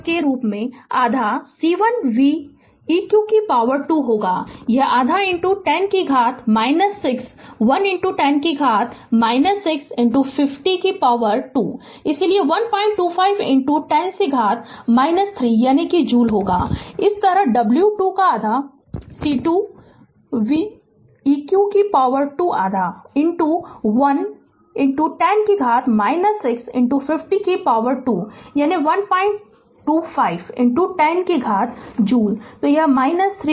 Refer slide time 2657 अब switch बंद w 1 के रूप में आधा C1 v eq 2 होगा यह आधा 10 कि घात 6 1 10 कि घात 6 50 2 इसलिए 125 10 से घात 3 यानी जूल होगा इसी तरह w 2 आधा C2 v eq 2 आधा एक 1 10 कि घात 6 50 2 यानी 125 10 कि घात जूल तो 3 जूल